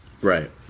right